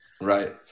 right